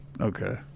Okay